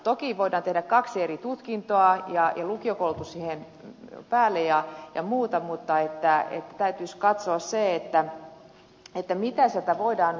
toki voidaan tehdä kaksi eri tutkintoa ja lukiokoulutus siihen päälle ja muuta mutta täytyisi katsoa mitä sieltä voidaan ottaa